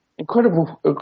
Incredible